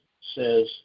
says